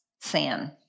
sin